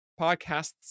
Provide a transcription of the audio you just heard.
podcasts